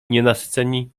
nienasyceni